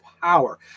power